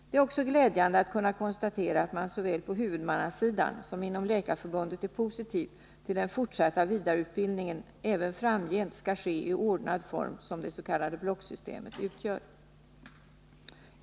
Det är också glädjande att kunna konstatera att man såväl på huvudman 23 att förbättra läkartillgången i skogslänen nasidan som inom Läkarförbundet är positiv till att den fortsatta vidareutbildningen även framgent skall ske i den ordnade form som det s.k. blocksystemet utgör.